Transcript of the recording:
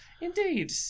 Indeed